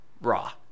Raw